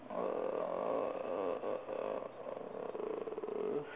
uh